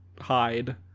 hide